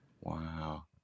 Wow